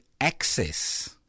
access